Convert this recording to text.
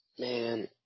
man